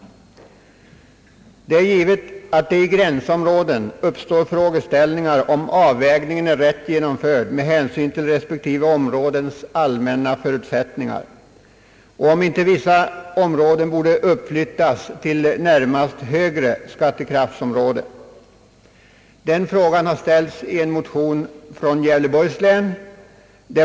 Det är givet att det i gränsområden uppstår frågor om avvägningen är riktigt genomförd med hänsyn till respektive områdens allmänna förutsättningar och om inte vissa områden borde uppflyttas till närmast högre skattekraftsområde. Den frågan har ställts i en motion av representanter för Gävleborgs län.